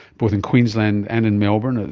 both in queensland and in melbourne, and